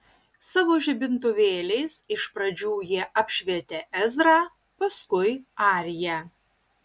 savo žibintuvėliais iš pradžių jie apšvietė ezrą paskui ariją